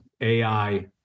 AI